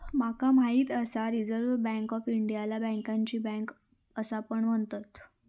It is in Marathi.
माका माहित आसा रिझर्व्ह बँक ऑफ इंडियाला बँकांची बँक असा पण म्हणतत